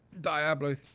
Diablo